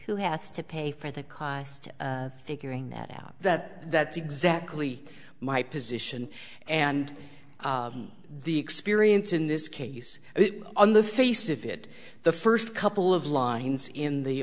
who has to pay for the cost of figuring that out that that's exactly my position and the experience in this case on the face of it the first couple of lines in the